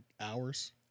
hours